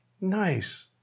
nice